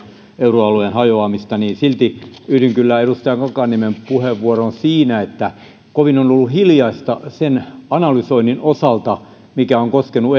euroalueen hajoamista silti yhdyn kyllä edustaja kankaanniemen puheenvuoroon siinä että kovin on ollut hiljaista sen analysoinnin osalta mikä on koskenut